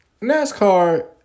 NASCAR